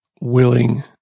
willing